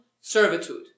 servitude